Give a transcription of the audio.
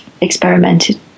experimented